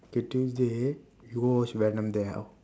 okay tuesday we go watch venom there house